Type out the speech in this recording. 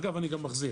אגב אני גם מחזיר.